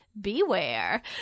beware